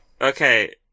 Okay